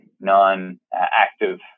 non-active